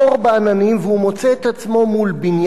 והוא מוצא את עצמו מול בניין גבוה,